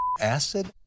acid